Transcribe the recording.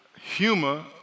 Humor